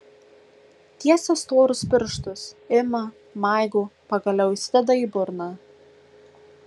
tiesia storus pirštus ima maigo pagaliau įsideda į burną